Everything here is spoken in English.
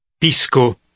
Pisco